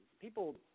people –